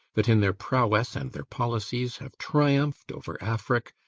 that, in their prowess and their policies, have triumph'd over afric,